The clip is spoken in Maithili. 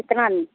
कितना